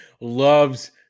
loves